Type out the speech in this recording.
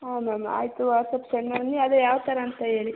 ಹ್ಞೂ ಮ್ಯಾಮ್ ಆಯಿತು ವಾಟ್ಸ್ಅಪ್ಪಿಗೆ ಸೆಂಡ್ ಮಾಡಿ ಅದೇ ಯಾವ ಥರ ಅಂತ ಹೇಳಿ